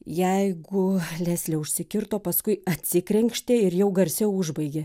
jeigu leslė užsikirto paskui atsikrenkštė ir jau garsiau užbaigė